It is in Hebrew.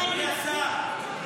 אדוני השר,